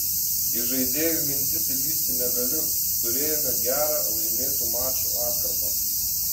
į žaidėjų mintis įlįsti negaliu turėjome gerą laimėtų mačų atkarpą